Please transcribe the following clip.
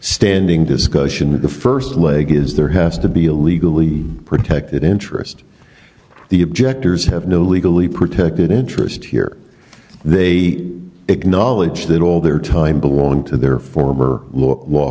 standing discussion of the first leg is there has to be a legally protected interest the objectors have no legally protected interest here they acknowledge that all their time belong to their former law